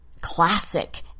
classic